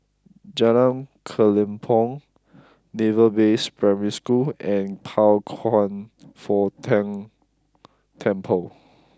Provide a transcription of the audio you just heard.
Jalan Kelempong Naval Base Primary School and Pao Kwan Foh Tang Temple